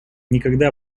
никогда